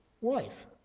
wife